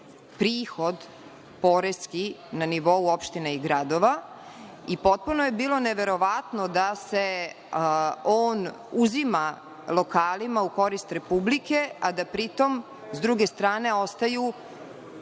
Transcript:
prihod poreski na nivou opština i gradova i potpuno je bilo neverovatno da se on uzima lokalima u korist Republike, a da pritom s druge strane ostaju